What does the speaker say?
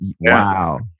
Wow